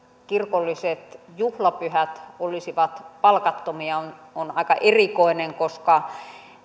kirkolliset juhlapyhät olisivat palkattomia on aika erikoinen koska